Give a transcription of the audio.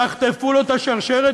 תחטפו לו את השרשרת,